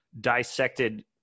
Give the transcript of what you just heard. dissected